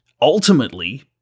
ultimately